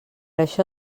això